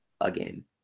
Again